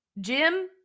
Jim